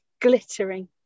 glittering